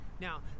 Now